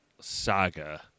saga